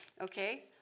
okay